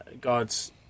God's